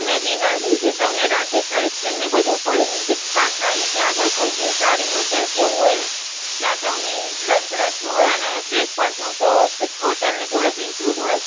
અને ડિનર હોય જે તમને રાતે સાઇટ સીન ને બધું ફરીને પાછા આવીએ ત્યાં આગળ કોઈ જે સારી હોટલ કે એવું હોય ત્યાં તમને લંચ રાખ્યો હોય અને બ્રેકફાસ્ટનું તો હોટલની જોડે જ ઇંકલુંડ હોય